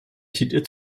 titel